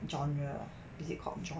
genre is it culture